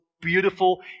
beautiful